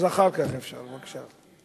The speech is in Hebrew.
אז אחר כך אפשר.